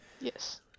yes